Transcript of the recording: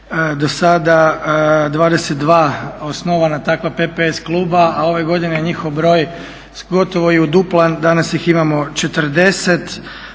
do sada 22 osnovana takva PPS kluba, a ove godine je njihov broj gotovo uduplan, danas ih imamo 40.